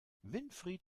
winfried